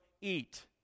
eat